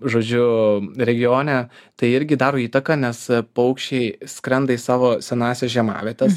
žodžiu regione tai irgi daro įtaką nes paukščiai skrenda į savo senąsias žiemavietes